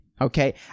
okay